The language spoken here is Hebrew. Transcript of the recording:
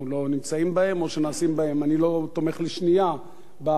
אני לא תומך לשנייה בחינוך הזה ובהסתה.